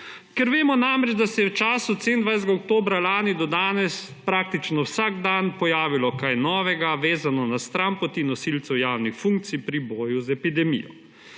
Ker vemo, da se je v času od 27. oktobra lani do danes praktično vsak dan pojavilo kaj novega, vezano na stranpoti nosilcev javnih funkcij pri boju z epidemijo.